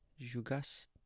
Jugas